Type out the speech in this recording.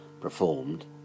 Performed